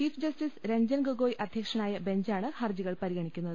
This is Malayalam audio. ചീഫ് ജസ്റ്റിസ് രഞ്ജൻ ഗൊഗോയ് അധ്യക്ഷനായ ബെഞ്ചാണ് ഹർജികൾ പരിഗണിക്കുന്നത്